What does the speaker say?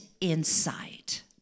insight